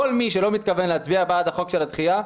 כל מי שלא מתכוון להצביע בעד החוק של הדחייה,